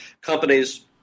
companies